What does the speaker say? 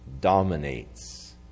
dominates